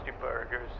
Burgers